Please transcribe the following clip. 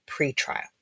pretrial